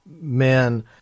men